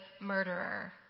murderer